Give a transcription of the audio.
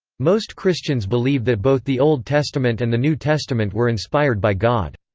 most christians believe that both the old testament and the new testament were inspired by god.